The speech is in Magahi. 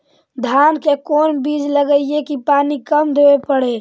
धान के कोन बिज लगईऐ कि पानी कम देवे पड़े?